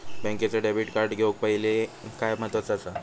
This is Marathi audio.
बँकेचा डेबिट कार्ड घेउक पाहिले काय महत्वाचा असा?